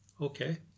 Okay